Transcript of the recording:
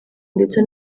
ndetse